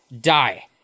die